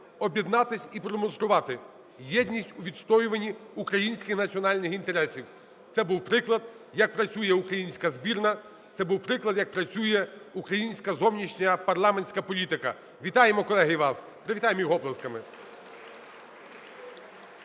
об'єднатися і продемонструвати єдність у відстоюванні українських національних інтересів. Це був приклад, як працює українська збірна, це був приклад, як працює українська зовнішня парламентська політика. Вітаємо, колеги, вас! Привітаємо їх оплесками.